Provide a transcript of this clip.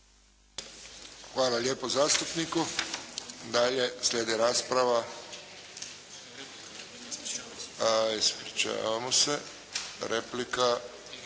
Hvala lijepo zastupniku. Dalje slijedi rasprava. A, ispričavamo se, replika,